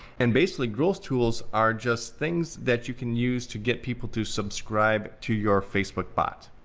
and basically growth tools are just things that you can use to get people to subscribe to your facebook bot.